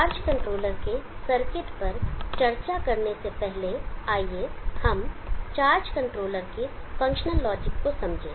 charge controller के circuit पर चर्चा करने से पहले आइए हम चार्ज कंट्रोलर के फंक्शनल लॉजिक को समझें